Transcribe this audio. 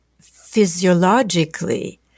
physiologically